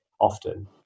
often